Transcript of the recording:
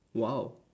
!wow!